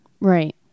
Right